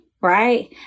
Right